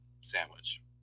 sandwich